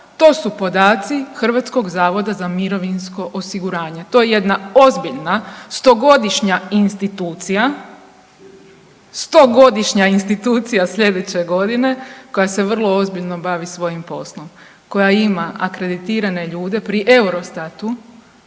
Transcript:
nisu pali s Marsa, to su podaci HZMO-a, to je jedna ozbiljna stogodišnja institucija, stogodišnja institucija slijedeće godine koja se vrlo ozbiljno bavi svojim poslom, koja ima akreditirane ljude pri Eurostatu